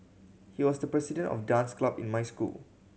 he was the president of dance club in my school